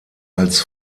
als